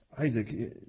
Isaac